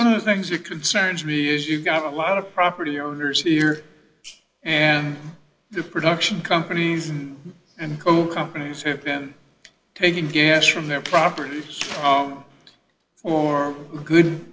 one of the things that concerns me is you've got a lot of property owners here and the production companies and co companies have been taking gas from their properties for good